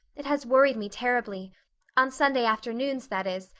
it has worried me terribly on sunday afternoons, that is,